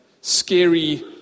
scary